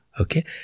Okay